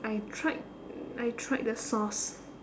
I tried I tried the sauce